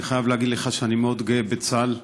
אני חייב להגיד לך שאני מאוד גאה בצה"ל.